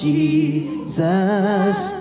Jesus